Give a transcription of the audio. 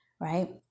right